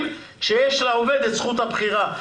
כשיש לעובד את זכות הבחירה,